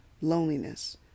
loneliness